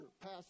pass